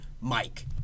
Mike